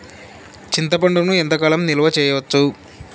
చింతపండును ఎంత కాలం నిలువ చేయవచ్చు?